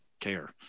care